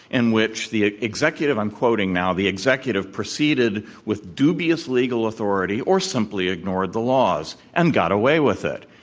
in which the executive i'm quoting now the executive proceeded with dubious legal authority or simply ignored the laws and got away with it.